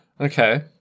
Okay